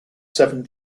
seven